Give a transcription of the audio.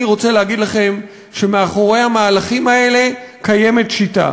אני רוצה להגיד לכם שמאחורי המהלכים האלה קיימת שיטה,